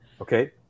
Okay